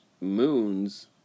moons